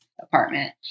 apartment